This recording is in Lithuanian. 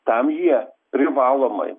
tam jie privalomai